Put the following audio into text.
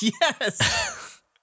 yes